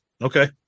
okay